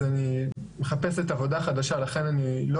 אז אני מחפשת עבודה חדשה ולכן אני לא